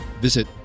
visit